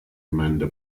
amanda